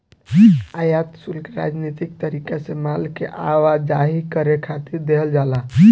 आयात शुल्क राजनीतिक तरीका से माल के आवाजाही करे खातिर देहल जाला